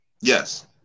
Yes